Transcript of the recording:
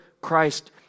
Christ